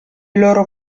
loro